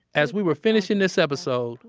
as we were finishing this episode,